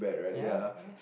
ya